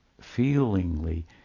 feelingly